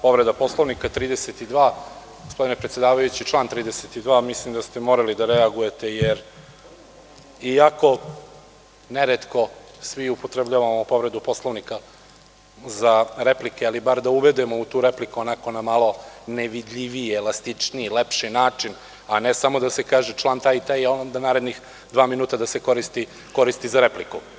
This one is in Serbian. Povreda Poslovnika član 32. gospodine predsedavajući, mislim da ste morali da reagujete, jer iako ne retko svi upotrebljavamo povredu Poslovnika za replike, ali bar da uvedemo u tu repliku onako malo nevidljiviji, elastičniji i lepši način, a ne samo da se kaže član taj i taj, i onda narednih dva minuta da se koristi za repliku.